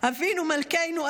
אבינו מלכנו,